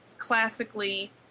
classically